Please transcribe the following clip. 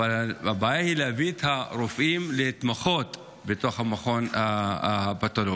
אבל הבעיה היא להביא את הרופאים להתמחות בתוך המכון הפתולוגי.